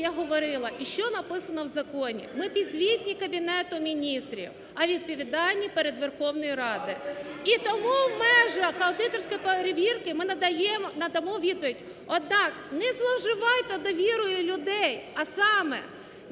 я говорила і що написано в законі. Ми підзвітні Кабінету Міністрів, а відповідальні перед Верховною Радою. І тому в межах аудиторської перевірки ми надамо відповідь. Однак не зловживайте довірою людей, а саме